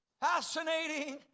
fascinating